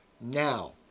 Now